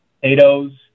potatoes